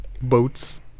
Boats